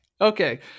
okay